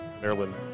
Maryland